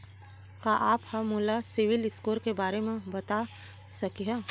का आप हा मोला सिविल स्कोर के बारे मा बता सकिहा?